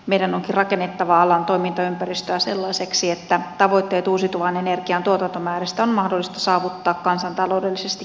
meidän onkin rakennettava alan toimintaympäristöä sellaiseksi että tavoitteet uusiutuvan energian tuotantomääristä on mahdollista saavuttaa kansantaloudellisesti kestävällä tavalla